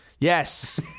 Yes